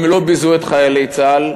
הם לא ביזו את חיילי צה"ל,